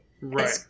Right